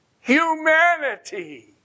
humanity